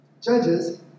Judges